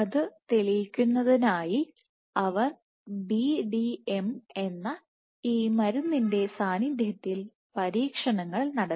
അത് തെളിയിക്കുന്നതിനായി അവർ BDM എന്ന ഈ മരുന്നിന്റെ സാന്നിധ്യത്തിൽ പരീക്ഷണങ്ങൾ നടത്തി